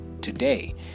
today